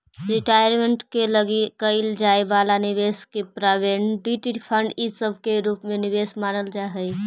retirement के लगी कईल जाए वाला निवेश के प्रोविडेंट फंड इ सब के रूप में एक निवेश मानल जा हई